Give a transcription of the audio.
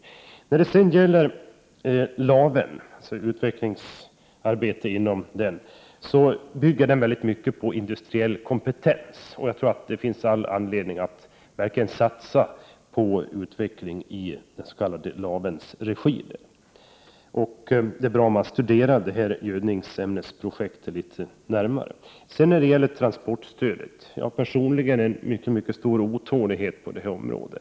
När det sedan gäller utvecklingsbolaget Laven bygger utvecklingsarbetet där i mycket stor utsträckning på den industriella kompetensen. Jag tror att det finns all anledning att verkligen satsa på utveckling i Lavens regi. Det är bra att man studerar gödningsämnesprojektet litet närmare. Så till transportstödet. Personligen är jag mycket otålig på den punkten.